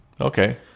Okay